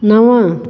नव